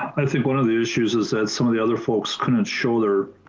i think one of the issues is that some of the other folks couldn't show their